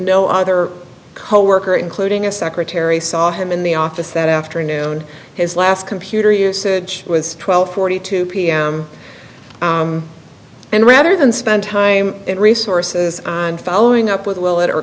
no other coworker including a secretary saw him in the office that afternoon his last computer usage was twelve forty two pm and rather than spend time and resources on following up with will it